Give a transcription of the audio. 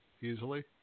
easily